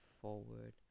forward